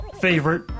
favorite